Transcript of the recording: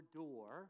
door